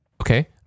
okay